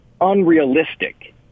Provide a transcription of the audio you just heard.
unrealistic